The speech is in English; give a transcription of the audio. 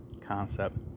concept